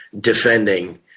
defending